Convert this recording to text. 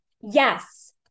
yes